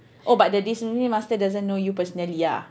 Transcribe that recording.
oh but the discipline master doesn't know you personally ah